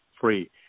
free